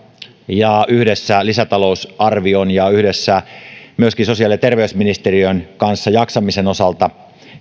yhdessä lisätalousarvion ja myöskin sosiaali ja terveysministeriön kanssa jaksamisen osalta